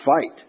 fight